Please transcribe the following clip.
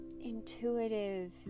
intuitive